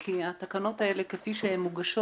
כי התקנות האלו כפי שהן מוגשות,